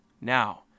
Now